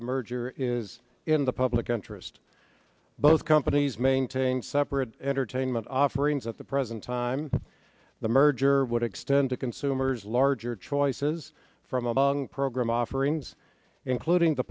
the merger is in the public interest both companies maintain separate entertainment offerings at the present time the merger would extend to consumers larger choices from among program offerings including the